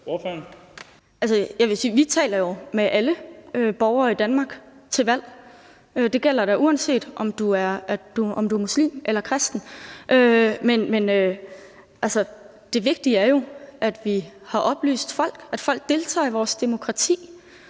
jo taler med alle borgere i Danmark til et valg. Det gælder da, uanset om du er muslim eller kristen. Men det vigtige er jo, at vi får oplyst folk, at folk deltager i vores demokrati.